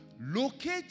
locate